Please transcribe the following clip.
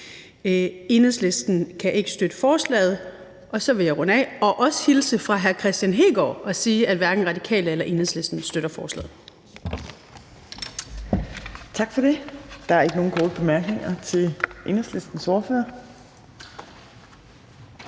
Enhedslisten kan ikke støtte forslaget, så jeg vil runde af og også hilse fra hr. Kristian Hegaard og sige, at hverken Radikale eller Enhedslisten støtter forslaget. Kl. 15:01 Fjerde næstformand (Trine Torp): Tak for det. Der er ikke nogen korte bemærkninger til Enhedslistens ordfører. Den